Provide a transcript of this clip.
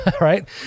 right